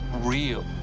real